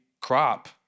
crop